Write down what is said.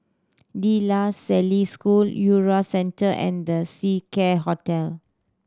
De La Salle School URA Centre and The Seacare Hotel